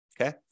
okay